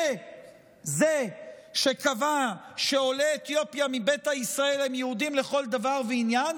זה שקבע שעולי אתיופיה מביתא ישראל הם יהודים לכל דבר ועניין,